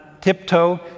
tiptoe